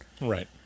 Right